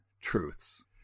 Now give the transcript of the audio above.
truths